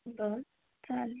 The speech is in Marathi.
बरं चालेल